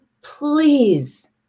please